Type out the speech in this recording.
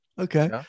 Okay